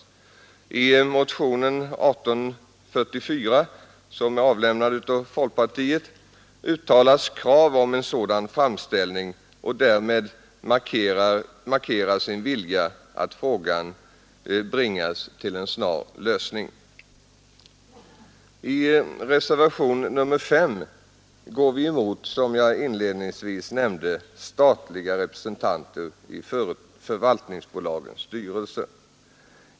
I motionen 1844, som är avlämnad av folkpartiet, uttalas krav om en sådan framställning, och därmed markeras en önskan att frågan bringas till en snar lösning. I reservationen 5 går vi, som jag inledningsvis nämnde, emot förslaget om statliga representanter i förvaltningsbolagens styrelser.